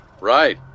Right